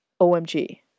omg